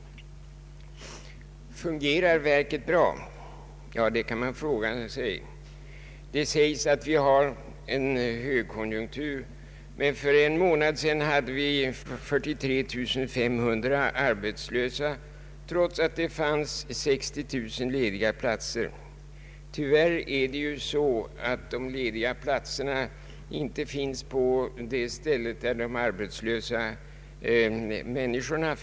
Fungerar verket bra? Ja, det kan man fråga sig. Det sägs att vi har en högkonjunktur, men för en månad sedan hade vi 43 500 arbetslösa, trots att det fanns 60 000 lediga platser. Tyvärr är det ju så att de lediga platserna inte finns på samma ställen som de arbetslösa människorna.